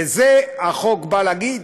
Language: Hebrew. את זה החוק בא להגיד,